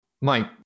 Mike